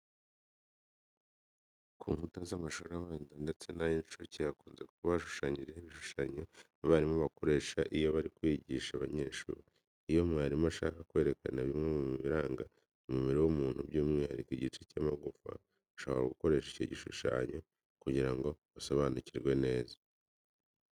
Ku nkuta z'amashuri abanza ndetse n'ay'incuke hakunze kuba hashushanyije ibishushanyo abarimu bakoresha iyo bari kwigisha abanyeshuri. Iyo umwarimu ashaka kwerekana bimwe mu biranga umubiri w'umuntu by'umwihariko igice cy'amagufa, ashobora gukoresha icyo gishushanyo kugira ngo basobanukirwe neza.